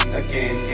again